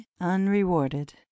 unrewarded